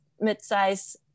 mid-size